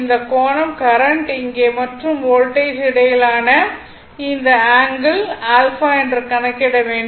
இந்த கோணம் கரண்ட் இங்கே மற்றும் வோல்டேஜ் இடையிலான இந்த ஆங்கிள் ɑ என்று கணக்கிட வேண்டும்